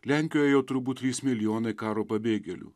lenkijoj jau turbūt trys milijonai karo pabėgėlių